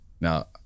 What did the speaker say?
now